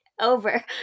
over